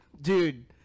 Dude